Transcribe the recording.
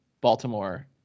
Baltimore